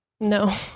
No